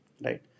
right